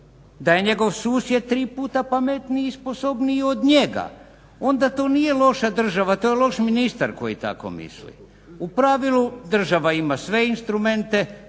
da je njegov susjed tri puta pametniji i sposobniji od njega. Onda to nije loša država, to je loš ministar koji tako misli. U pravilu država ima sve instrumente